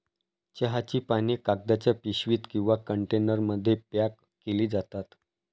चहाची पाने कागदाच्या पिशवीत किंवा कंटेनरमध्ये पॅक केली जातात